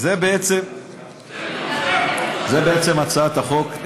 זו בעצם הצעת החוק,